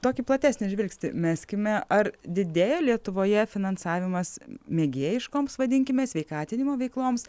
tokį platesnį žvilgsnį meskime ar didėja lietuvoje finansavimas mėgėjiškoms vadinkime sveikatinimo veikloms